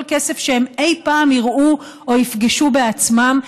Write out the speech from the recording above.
כסף שהם אי-פעם יראו או יפגשו בעצמם,